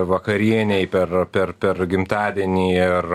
vakarienei per per per gimtadienį ir